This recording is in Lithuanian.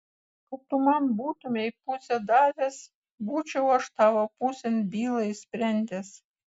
kad tu man būtumei pusę davęs būčiau aš tavo pusėn bylą išsprendęs